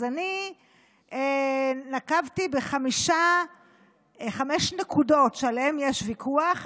אז אני נקבתי בחמש נקודות שעליהן יש ויכוח,